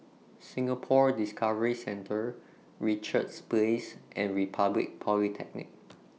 Singapore Discovery Centre Richards Place and Republic Polytechnic